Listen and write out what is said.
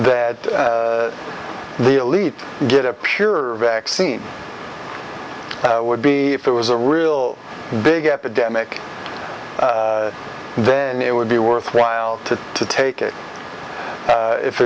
that the elite get a purer vaccine would be if there was a real big epidemic then it would be worthwhile to to take it if